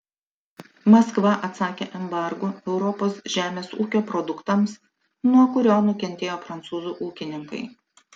maskva atsakė embargu europos žemės ūkio produktams nuo kurio nukentėjo prancūzų ūkininkai